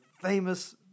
famous